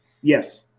Yes